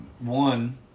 One